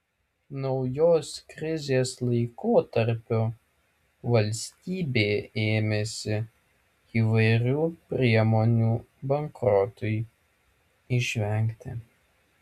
naujos krizės laikotarpiu valstybė ėmėsi įvairių priemonių bankrotui išvengti